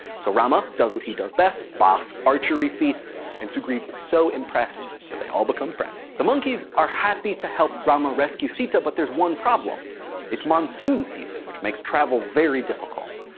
so rama does what he does best. boss archery feats and sugriv is so impressed that they all become friends. the monkeys are happy to help rama rescue sita but there's one problem it's monsoon season which makes travel very difficult.